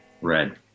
Red